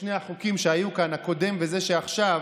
שני החוקים שהיו כאן, הקודם וזה שעכשיו,